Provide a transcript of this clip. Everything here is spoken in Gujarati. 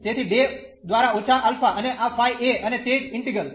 તેથી 2 દ્વારા ઓછા આલ્ફા અને આ ફાઇ a અને તે જ ઈન્ટિગ્રલ